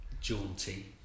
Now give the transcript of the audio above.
jaunty